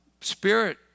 spirit